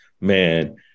man